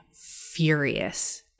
furious